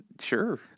Sure